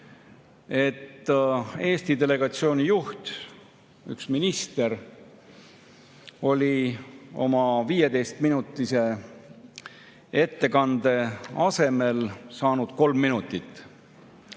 et Eesti delegatsiooni juht, üks minister, oli oma 15‑minutise ettekande asemel saanud 3 minutit.